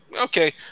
okay